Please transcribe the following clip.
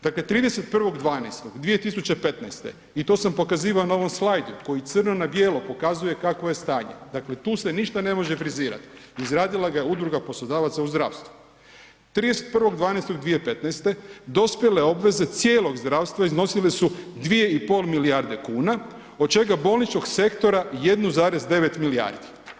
Dakle, 31.12.2015. i to sam pokazivao na ovom slajdu koji crno na bijelo pokazuje kakvo je stanje, dakle tu se ništa ne može frizirati, izradila ga je Udruga poslodavaca u zdravstvu, 31.12.2015. dospjele obveze cijelog zdravstva iznosile su 2,5 milijarde kuna od čega bolničkog sektora 1,9 milijardi.